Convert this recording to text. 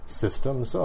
systems